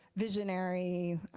visionary,